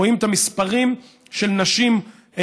רואים את המספרים של נשים,